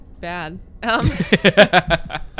bad